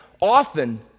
often